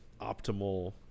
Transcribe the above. optimal